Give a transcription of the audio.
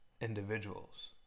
individuals